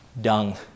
Dung